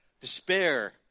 Despair